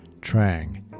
Trang